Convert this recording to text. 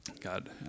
God